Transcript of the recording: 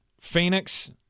Phoenix